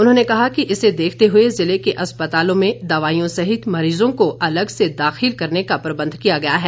उन्होंने कहा कि इसे देखते हुए जिले के अस्पतालों में दवाईयों सहित मरीजों को अलग से दाखिल करने का प्रबंध किया गया है